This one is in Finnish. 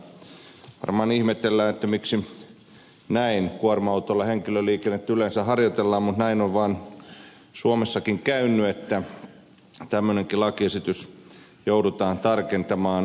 varmaan ihmetellään että miksi näin kuorma autolla henkilöliikennettä yleensä harjoitetaan mutta näin on vaan suomessakin käynyt että tämmöinenkin lakiesitys joudutaan tarkentamaan